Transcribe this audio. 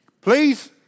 Please